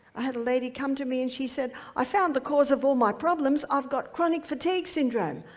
i had a lady come to me and she said, i found the cause of all my problems. i've got chronic fatigue syndrome.